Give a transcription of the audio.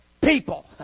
people